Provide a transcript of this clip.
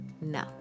No